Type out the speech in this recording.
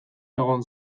egon